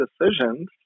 decisions